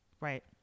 right